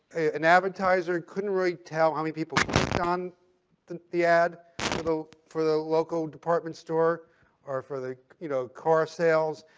an advertiser couldn't really tell how many people clicked on the the ad for the local department store or for the, you know, car sales,